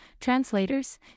translators